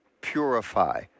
purify